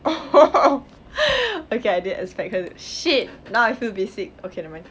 oh okay I didn't expect her to shit now I feel basic okay nevermind